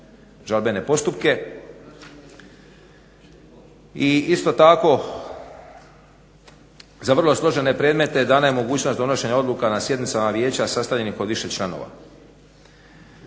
i isto tako, za vrlo složene predmete dana je mogućnost donošenja odluka na sjednicama vijeća sastavljenih od više članova.